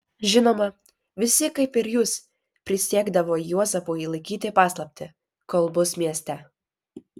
žinoma visi kaip ir jūs prisiekdavo juozapui laikyti paslaptį kol bus mieste